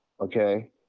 okay